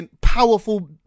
powerful